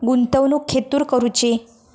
गुंतवणुक खेतुर करूची?